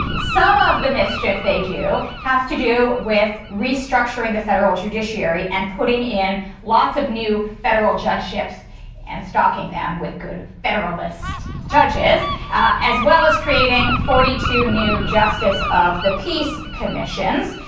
some of the mischief they do has to do with restructuring the federal judiciary and putting in lots of new federal judgeships and stocking them with good federalist judges as well as creating forty two new justice of the peace commissions.